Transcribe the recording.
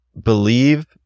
believe